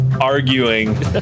arguing